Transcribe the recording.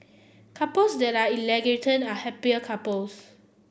couples that are egalitarian are happier couples